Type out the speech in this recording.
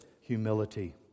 humility